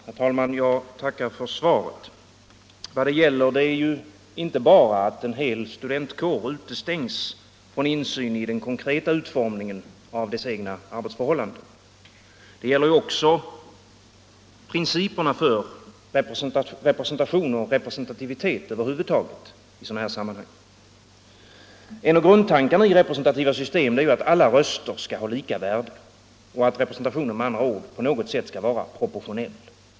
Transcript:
Herr talman! Jag tackar för svaret. Vad det gäller är ju inte bara att en hel studentkår utestängs från insyn i den konkreta utformningen av sina egna arbetsförhållanden. Det gäller också principerna för representation och representativitet över huvud taget i sådana här sammanhang. En grundtanke i representativa system är att alla röster skall ha lika värde, med andra ord att representationen skall vara proportionell.